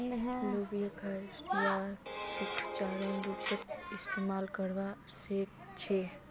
लोबियाक हरा या सूखा चारार रूपत इस्तमाल करवा सके छे